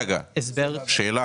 רגע, שאלה,